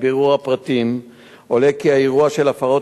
מבירור הפרטים עולה כי האירוע של הפרות